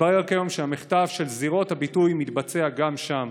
מתברר כיום שהמחטף של זירות הביטוי מתבצע גם שם.